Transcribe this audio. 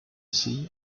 sea